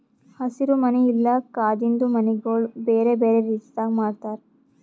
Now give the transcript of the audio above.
ಹಸಿರು ಮನಿ ಇಲ್ಲಾ ಕಾಜಿಂದು ಮನಿಗೊಳ್ ಬೇರೆ ಬೇರೆ ರೀತಿದಾಗ್ ಮಾಡ್ತಾರ